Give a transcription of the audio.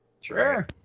Sure